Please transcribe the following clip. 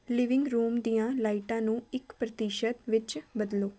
living room ਦੀਆਂ ਲਾਈਟਾਂ ਨੂੰ ਇੱਕ ਪ੍ਰਤੀਸ਼ਤ ਵਿੱਚ ਬਦਲੋ